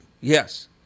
Yes